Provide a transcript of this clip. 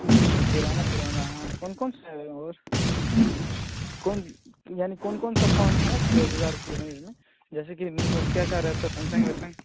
अच्छा पुराना पुराना है कौन कौन सा है और उस कौन यानि कौन कौन सा फ़ोन है दस हज़ार की रेंज में जैसे कि नोकिया का रहता सैमसंग वैंसम